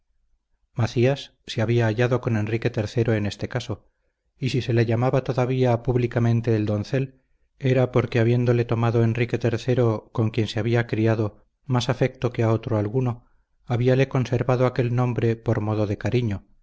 macías se había hallado con enrique iii en este caso y si se le llamaba todavía públicamente el doncel era porque habiéndole tomado enrique iii con quien se había criado más afecto que a otro alguno habíale conservado aquel nombre por modo de cariño